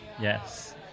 Yes